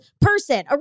person